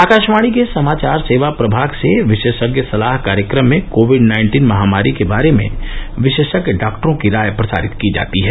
आकाशवाणी के समाचार सेवा प्रभाग से विशेषज्ञ सलाह कार्यक्रम में कोविड नाइन्टीन महामारी के बारे में विशेषज्ञ डॉक्टरों की राय प्रसारित की जाती है